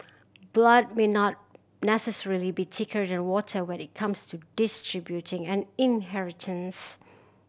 blood may not necessarily be thicker than water when it comes to distributing an inheritance